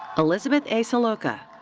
elizabeth a. saloka.